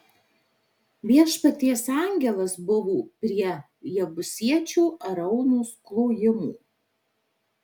viešpaties angelas buvo prie jebusiečio araunos klojimo